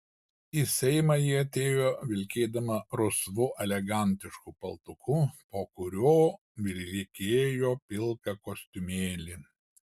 į seimą ji atėjo vilkėdama rusvu elegantišku paltuku po kuriuo vilkėjo pilką kostiumėlį